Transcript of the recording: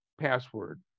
Password